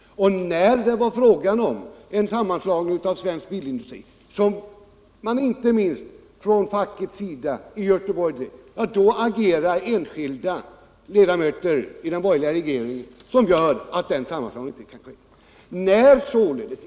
När det var fråga om en sammanslagning av svensk bilindustri, en linje som drevs inte minst från facket i Göteborg, agerade enskilda ledamöter i den borgerliga regeringen, som vi har hört, så att den sammanslagningen inte kunde ske.